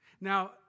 Now